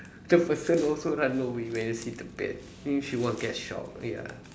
the person also run away when he see the bat mean she will get shock ya